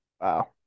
Wow